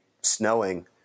snowing